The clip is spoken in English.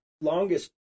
longest